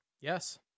Yes